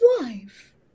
wife